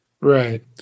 Right